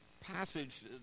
passage